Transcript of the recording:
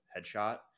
headshot